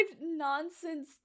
nonsense